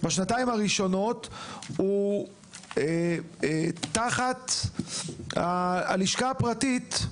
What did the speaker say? הוא נמצא תחת הלשכה הפרטית,